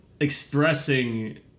expressing